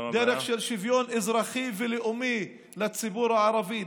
דרך של שוויון אזרחי ולאומי לציבור הערבי,